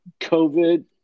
COVID